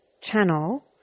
channel